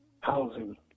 housing